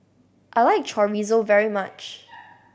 I like Chorizo very much